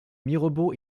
mirebeau